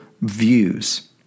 views